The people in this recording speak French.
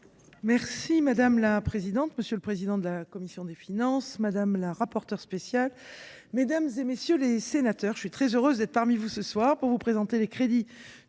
Madame la présidente, monsieur le président de la commission des finances, madame la rapporteure spéciale, mesdames, messieurs les sénateurs, je suis très heureuse d’être parmi vous ce soir pour vous présenter les crédits